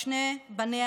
ושל שני בניה,